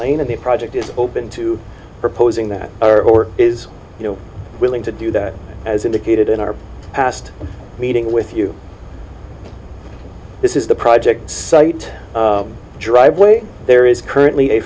lane and the project is open to proposing that is you know willing to do that as indicated in our past meeting with you this is the project site driveway there is currently a